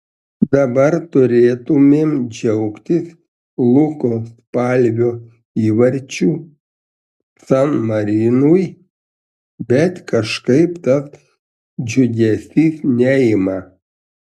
dabar turėtumėm džiaugtis luko spalvio įvarčiu san marinui bet kažkaip tas džiugesys neima